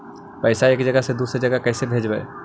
पैसा एक जगह से दुसरे जगह कैसे भेजवय?